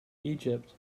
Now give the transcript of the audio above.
egypt